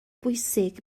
bwysig